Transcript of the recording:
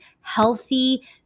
healthy